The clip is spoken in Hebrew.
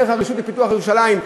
דרך הרשות לפיתוח ירושלים,